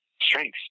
strengths